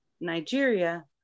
Nigeria